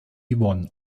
yvonne